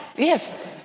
Yes